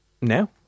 Now